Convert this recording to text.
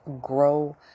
grow